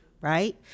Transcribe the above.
right